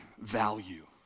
value